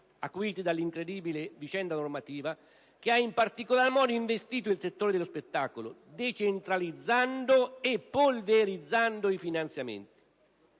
acuite dall'incredibile vicenda normativa che ha in particolar modo investito il settore dello spettacolo, decentralizzando e polverizzando i finanziamenti.